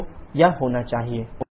तो यह होना चाहिए h1hf